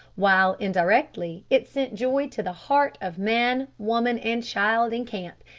while, indirectly, it sent joy to the heart of man, woman, and child in camp,